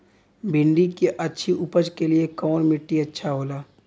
भिंडी की अच्छी उपज के लिए कवन मिट्टी अच्छा होला?